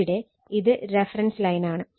ഇവിടെ ഇത് റഫറൻസ് ലൈനാണ്